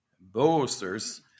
boasters